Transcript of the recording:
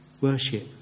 worship